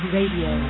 Radio